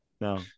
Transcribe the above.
no